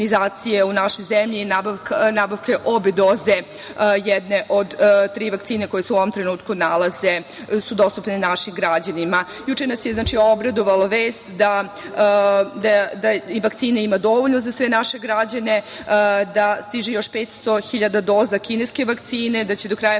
u našoj zemlji i nabavka obe doze jedne od tri vakcine koje su u ovom trenutku dostupne našim građanima. Juče nas je obradovala vest da vakcina ima dovoljno za sve naše građane, da stiže još 500.000 doza kineske vakcine, da će do kraja